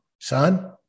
son